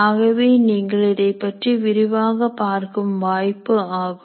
ஆகவே நீங்கள் இதைப் பற்றி விரிவாக பார்க்கும் வாய்ப்பு ஆகும்